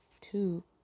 two